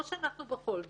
או שאנחנו בכל זאת,